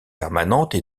permanentes